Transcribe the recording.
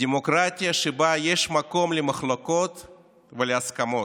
" דמוקרטיה שבה יש מקום למחלוקות ולהסכמות,